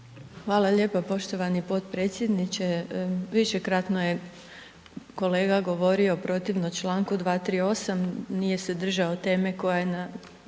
Hvala lijepo poštovani potpredsjedniče, višekratno je kolega govorio protivno članku 238. nije se držao teme koja je na